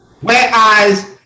whereas